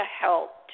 help